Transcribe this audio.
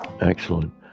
Excellent